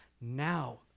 now